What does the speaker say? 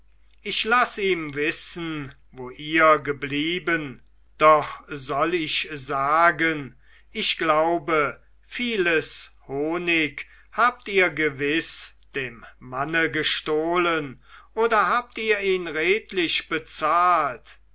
ich lass ihm wissen wo ihr geblieben doch soll ich sagen ich glaube vieles honig habt ihr gewiß dem manne gestohlen oder habt ihr ihn redlich bezahlt